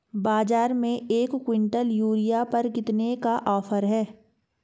बाज़ार में एक किवंटल यूरिया पर कितने का ऑफ़र है?